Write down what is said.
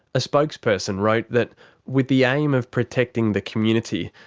a spokesperson wrote that with the aim of protecting the community,